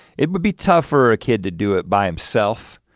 it would be tough for a kid to do it by himself,